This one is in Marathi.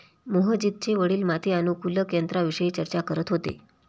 मोहजितचे वडील माती अनुकूलक यंत्राविषयी चर्चा करत होते